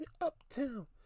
uptown